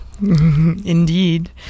Indeed